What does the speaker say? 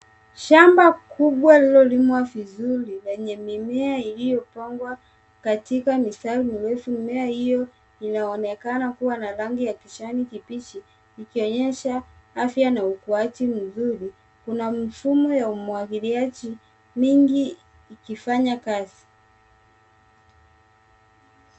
Shamba kubwa lililolimwa vizuri lenye mimea lililopangwa kwa mistari mirefu. Mimea hiyo inaonekana kuwa na rangi ya kijani kibichi ikionyesha afya na ukuaji mzuri, kuna mfumo wa umwagiliaji mingi ikifanya kazi.